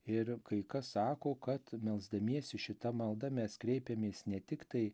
ir kai kas sako kad melsdamiesi šita malda mes kreipiamės ne tiktai